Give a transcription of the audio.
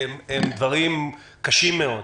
והם דברים קשים מאוד.